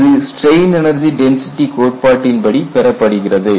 இது strain energy density கோட்பாட்டின் படி பெறப்படுகிறது